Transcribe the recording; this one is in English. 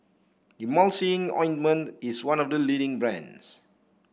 Emulsying Ointment is one of the leading brands